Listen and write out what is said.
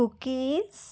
cookies